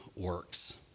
works